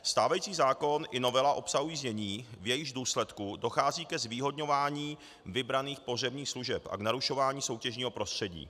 Stávající zákon i novela obsahují znění, v jejichž důsledku dochází ke zvýhodňování vybraných pohřebních služeb a k narušování soutěžního prostředí.